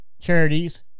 charities